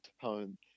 tone